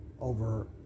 over